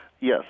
Yes